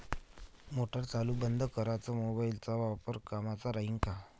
Motor चालू बंद कराच मोबाईलचा वापर कामाचा राहीन का?